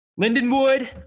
Lindenwood